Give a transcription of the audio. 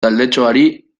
taldetxoari